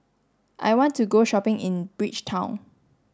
I want to go shopping in Bridgetown